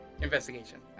Investigation